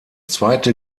zweite